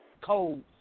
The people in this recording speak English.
cold